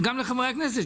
וגם לחברי הכנסת,